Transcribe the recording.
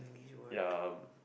ya